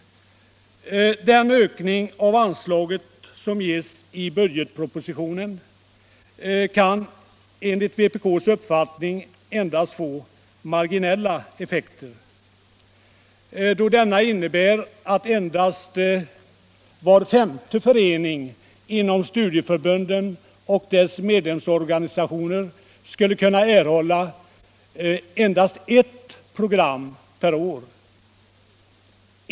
Den ökning av anslaget som föreslås i budgetpropositionen kan enligt vpk:s uppfattning bara få marginella effekter, då den innebär att endast var femte förening inom studieförbunden och dess medlemsorganisationer skulle kunna erhålla bidrag till ett enda program per år.